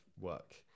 work